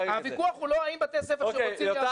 הוויכוח הוא לא האם בתי הספר שרוצים --- יותם,